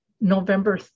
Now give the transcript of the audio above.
November